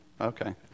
Okay